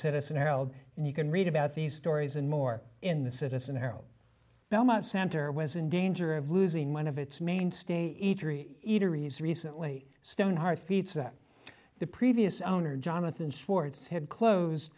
citizen herald and you can read about these stories and more in the citizen here now my center was in danger of losing one of its mainstay eateries recently stonehearth pizza the previous owner jonathan schwartz had closed